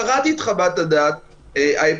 קראתי את חוות הדעת האפידמיולוגית.